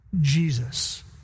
Jesus